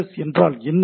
S என்றால் என்ன